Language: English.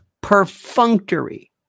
perfunctory